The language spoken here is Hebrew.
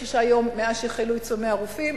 136 יום מאז החלו עיצומי הרופאים,